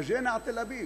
באג'ינא עא-תל אביב.